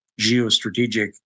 geostrategic